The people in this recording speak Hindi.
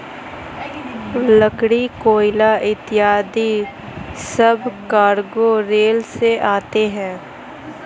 लकड़ी, कोयला इत्यादि सब कार्गो रेल से आते हैं